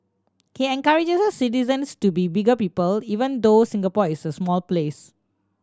he encourages citizens to be bigger people even though Singapore is a small place